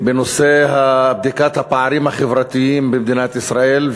בנושא בדיקת הפערים החברתיים במדינת ישראל,